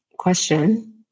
question